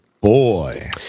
Boy